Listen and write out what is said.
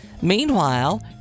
Meanwhile